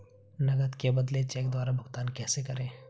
नकद के बदले चेक द्वारा भुगतान कैसे करें?